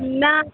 नहि